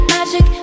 Magic